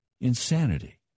Insanity